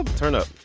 turn up